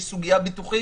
יש סוגיה של ביטוח,